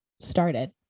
started